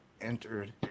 entered